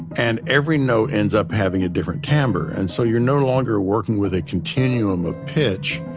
and every note ends up having a different timbre and so you're no longer working with a continuum of pitch,